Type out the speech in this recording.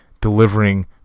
delivering